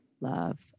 love